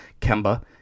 Kemba